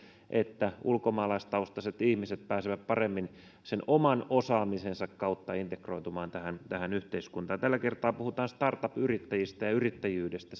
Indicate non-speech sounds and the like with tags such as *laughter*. että ulkomaalaistaustaiset ihmiset pääsevät paremmin sen oman osaamisensa kautta integroitumaan tähän tähän yhteiskuntaan tällä kertaa puhutaan startup yrittäjistä ja yrittäjyydestä *unintelligible*